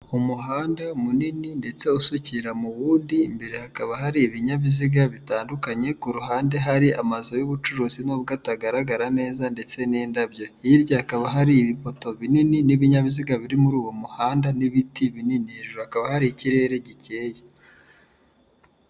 Umuhanda munini ndetse usukira mu wundi mbere hakaba hari ibinyabiziga bitandukanye ku ruhande hari amazu y'ubucuruzi nubwo atagaragara neza ndetse n'indabyo, hirya hakaba hari ibi poto binini n'ibinyabiziga biri muri uwo muhanda n'ibiti binini hejuru hakaba hari ikirere gikeye.